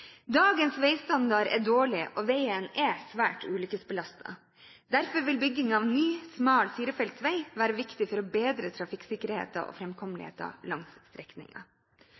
Dagens veistandard er dårlig, og veien er svært ulykkesbelastet. Derfor vil bygging av ny, smal firefelts vei være viktig for å bedre trafikksikkerheten og framkommeligheten langs